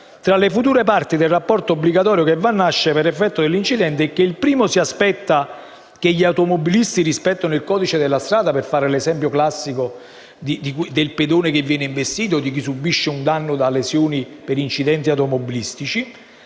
tra le future parti del rapporto obbligatorio che va a nascere per effetto dell'incidente, è che il primo si aspetta che gli automobilisti rispettino il codice della strada, per fare l'esempio classico del pedone che viene investito o di chi subisce un danno da lesione per incidente automobilistico,